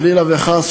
חלילה וחס,